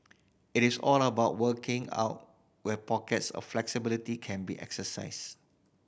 it is all about working out where pockets of flexibility can be exercised